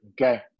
okay